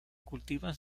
cultivan